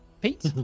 Pete